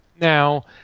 now